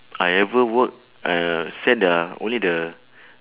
I ever work uh send the only the